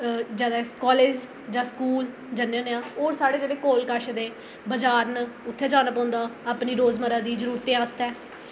जैदा कालेज जां स्कूल जन्ने होन्ने आं होर साढ़े जेह्ड़े कोल कश दे बाजार न उत्थै जाना पौंदा अपनी रोजमर्रा दी जरूरतें आस्तै